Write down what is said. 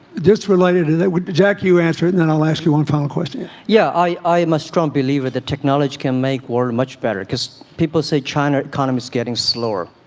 just related it would be jack you answer, and then i'll ask you one final question yeah i must don't believe it. the technology can make war much better because people say china economy is getting slower